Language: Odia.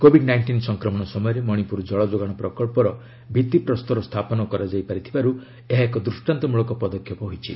କୋଭିଡ୍ ନାଇଷ୍ଟିନ୍ ସଂକ୍ରମଣ ସମୟରେ ମଣିପୁର ଜଳଯୋଗାଣ ପ୍ରକଳ୍ପର ଭିଭିପ୍ରସ୍ତର ସ୍ଥାପନ କରାଯାଇ ପାରିଥିବାରୁ ଏହା ଏକ ଦୃଷ୍ଟାନ୍ତମଳକ ପଦକ୍ଷେପ ହୋଇଛି